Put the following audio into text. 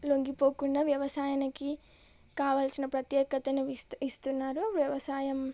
లొంగిపోకుండా వ్యవసాయానికి కావలసిన ప్రత్యేకతను విస్తూ ఇస్తున్నారు వ్యవసాయం